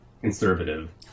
conservative